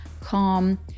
Calm